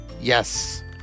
Yes